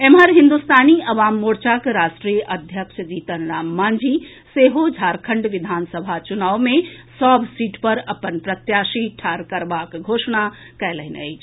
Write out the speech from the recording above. एम्हर हिन्दुस्तानी अवाम मोर्चाक राष्ट्रीय अध्यक्ष जीतन राम मांझी सेहो झारखंड विधानसभा चुनाव मे सभ सीट पर अपन प्रत्याशी ठाढ़ करबाक घोषणा कयलनि अछि